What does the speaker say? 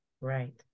Right